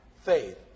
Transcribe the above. faith